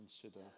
consider